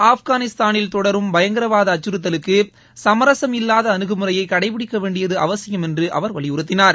ஆப்கானிஸ்தானில் தொடரும் பயங்கரவாத அச்சுறுத்தலுக்கு சமரசம் இல்லாத அனுகுமுறையை கடைப்பிடிக்க வேண்டியது அவசியம் என்று அவர் வலியுறுத்தினார்